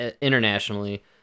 internationally